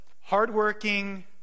hardworking